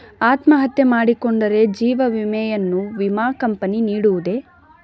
ಅತ್ಮಹತ್ಯೆ ಮಾಡಿಕೊಂಡರೆ ಜೀವ ವಿಮೆಯನ್ನು ವಿಮಾ ಕಂಪನಿ ನೀಡುವುದೇ?